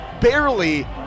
barely